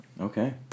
Okay